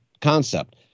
concept